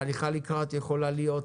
הליכה לקראת יכולה להיות